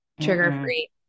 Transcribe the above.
trigger-free